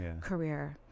career